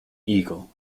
eagle